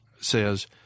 says